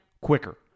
quicker